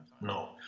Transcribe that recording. No